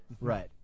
Right